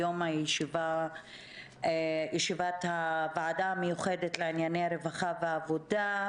היום ישיבת הוועדה המיוחדת לענייני רווחה ועבודה,